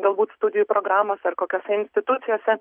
galbūt studijų programos ar kokiose institucijose